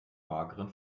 mageren